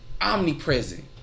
omnipresent